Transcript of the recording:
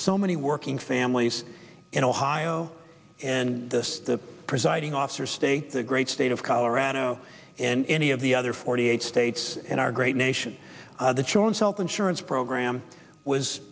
so many working families in ohio and the presiding officer state the great state of colorado and any of the other forty eight states in our great nation the children's health insurance program was